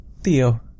Theo